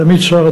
תמיד שר,